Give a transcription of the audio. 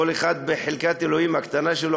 כל אחד בחלקת האלוהים הקטנה שלו,